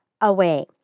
away